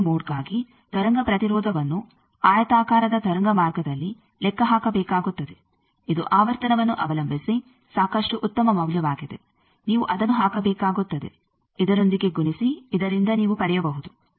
ಈಗ ನೀವು ಮೋಡ್ಗಾಗಿ ತರಂಗ ಪ್ರತಿರೋಧವನ್ನು ಆಯತಾಕಾರದ ತರಂಗ ಮಾರ್ಗದಲ್ಲಿ ಲೆಕ್ಕ ಹಾಕಬೇಕಾಗುತ್ತದೆ ಇದು ಆವರ್ತನವನ್ನು ಅವಲಂಬಿಸಿ ಸಾಕಷ್ಟು ಉತ್ತಮ ಮೌಲ್ಯವಾಗಿದೆ ನೀವು ಅದನ್ನು ಹಾಕಬೇಕಾಗುತ್ತದೆ ಇದರೊಂದಿಗೆ ಗುಣಿಸಿ ಇದರಿಂದ ನೀವು ಪಡೆಯಬಹುದು